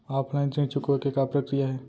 Offline ऋण चुकोय के का प्रक्रिया हे?